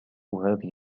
هذه